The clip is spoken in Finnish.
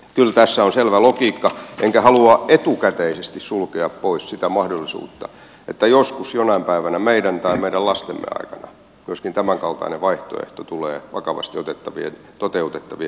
kyllä tässä on selvä logiikka enkä halua etukäteisesti sulkea pois sitä mahdollisuutta että joskus jonain päivänä meidän tai meidän lastemme aikana myöskin tämänkaltainen vaihtoehto tulee vakavasti otettavien toteutettavien hankkeitten joukkoon